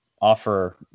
offer